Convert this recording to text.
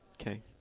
Okay